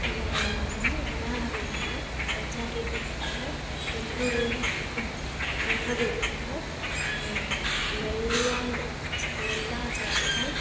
वराहः वराहमिहिरः आचार्यभट्टः ब्रह्म गो गुप् ब्रह्मगुप्तः लल्ला लल्लाचार्यः